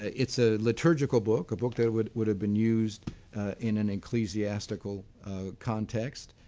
it's a liturgical book, a book that would would have been used in an ecclesiastical context.